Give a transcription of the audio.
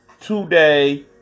today